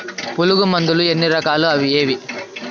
పులుగు మందులు ఎన్ని రకాలు అవి ఏవి?